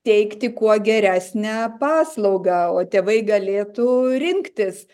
teikti kuo geresnę paslaugą o tėvai galėtų rinktis